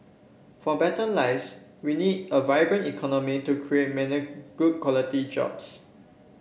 for better lives we need a vibrant economy to create many good quality jobs